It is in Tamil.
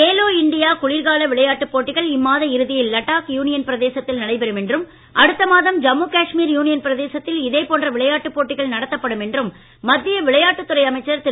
கேலோ இண்டியா குளிர்கால் விளையாட்டுப் போட்டிகள் இம்மாத இறுதியில் லடாக் யூனியன் பிரதேசத்தில் நடைபெறும் என்றும் அடுத்த ஜம்மு காஷ்மீர் யூனியன் பிரதேசத்தில் இதேபோன்ற மாதம் விளையாட்டுப் போட்டிகள் நடத்தப்படும் என்றும் மத்திய விளையாட்டுத் துறை அமைச்சர் திரு